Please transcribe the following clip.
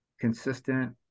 consistent